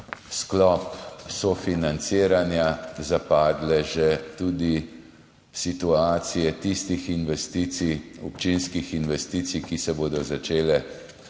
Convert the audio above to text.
sklop sofinanciranja zapadle že tudi situacije tistih občinskih investicij, ki se bodo začele